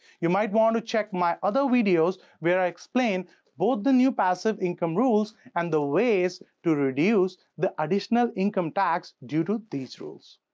you might want to check my videos, where i explain both the new passive income rules and the ways to reduce the additional income tax due to these rules.